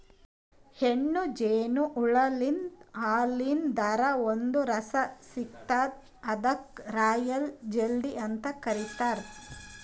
ಹೆಣ್ಣ್ ಜೇನು ಹುಳಾಲಿಂತ್ ಹಾಲಿನ್ ಥರಾ ಒಂದ್ ರಸ ಸಿಗ್ತದ್ ಅದಕ್ಕ್ ರಾಯಲ್ ಜೆಲ್ಲಿ ಅಂತ್ ಕರಿತಾರ್